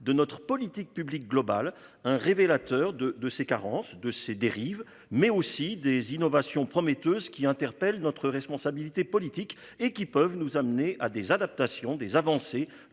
de notre politique publique globale un révélateur de de ces carences de ces dérives, mais aussi des innovations prometteuses qui interpelle. Notre responsabilité politique et qui peuvent nous amener à des adaptations des avancées